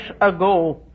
ago